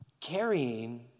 carrying